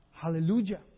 Hallelujah